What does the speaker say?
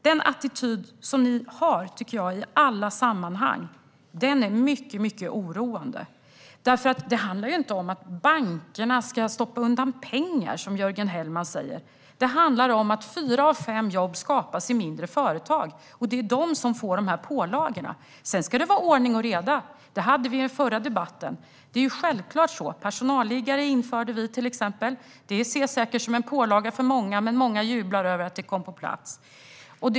Den attityd ni har i alla sammanhang är mycket oroande. Det handlar inte om att bankerna ska stoppa undan pengar, som Jörgen Hellman säger, utan om att fyra av fem jobb skapas i mindre företag, och det är dessa som får pålagorna. Det ska självklart vara ordning och reda, vilket vi tog upp i en tidigare debatt. Vi införde till exempel personalliggare. För många ses detta säkert som en pålaga, men många andra jublar över att de kom på plats.